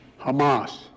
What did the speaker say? Hamas